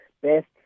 best